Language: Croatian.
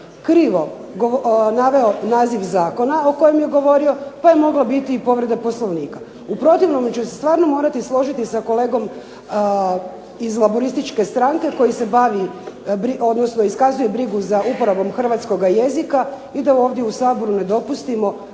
krivo naveo naziv zakona o kojem je govorio pa je moglo btii i povreda Poslovnika. U protivnome ću se stvarno morati složiti sa kolegom iz laburističke stranke koji se bavi odnosno iskazuje brigu za uporabom hrvatskoga jezika i da ovdje u Saboru ne dopustimo